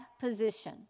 position